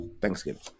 Thanksgiving